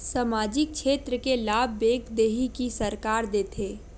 सामाजिक क्षेत्र के लाभ बैंक देही कि सरकार देथे?